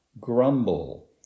grumble